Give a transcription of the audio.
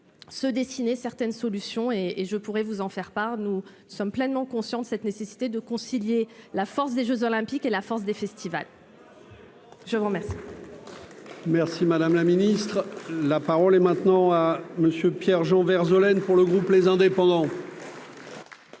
se dessiner, certaines solutions et et je pourrais vous en faire part, nous sommes pleinement conscients de cette nécessité de concilier la force des Jeux olympiques et la force des festivals. Je vous remercie. Merci madame la ministre, la parole est maintenant à monsieur Pierre Jean Verzeaux laine pour le groupe, les indépendants.